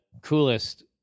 coolest